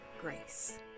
grace